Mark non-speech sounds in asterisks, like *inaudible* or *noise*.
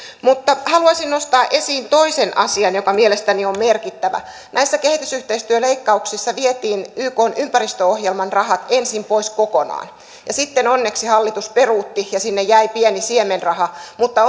haluaisin nostaa esiin toisen asian joka mielestäni on merkittävä näissä kehitysyhteistyöleikkauksissa vietiin ykn ympäristöohjelman rahat ensin pois kokonaan ja sitten onneksi hallitus peruutti ja sinne jäi pieni siemenraha mutta *unintelligible*